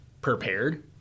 prepared